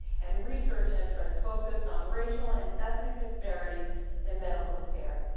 and research interests focused on racial and ethnic disparities in medical care.